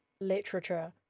literature